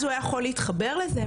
אז הוא היה יכול להתחבר לזה,